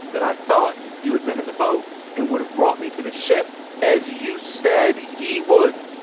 that i thought you had been in the boat and would have brought me to the ship as you said you would.